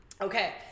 Okay